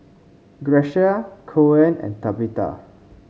Grecia Coen and Tabitha